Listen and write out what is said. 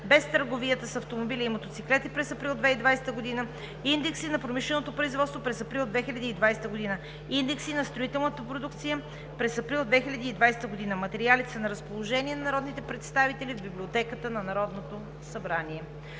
без търговията с автомобили и мотоциклети, през месец април 2020 г.; индекси на промишленото производство през месец април 2020 г.; индекси на строителната продукция през месец април 2020 г. Материалите са на разположение на народните представители в Библиотеката на Народното събрание.